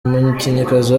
umukinnyikazi